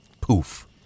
Poof